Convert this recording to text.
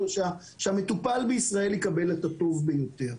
שהמטופל בישראל יקבל את הטוב ביותר.